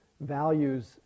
values